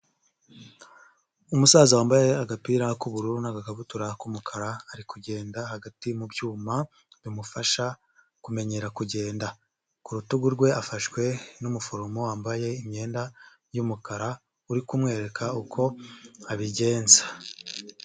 Umusaza wambaye agapira k'ubururu n'agakabutura k'umukara ari kugenda hagati mu byuma bimufasha kumenyera kugenda ku rutugu rwe afashwe n'umuforomo wambaye imyenda y'umukara uri kumwereka uko abigenza.